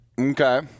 Okay